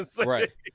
Right